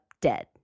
dead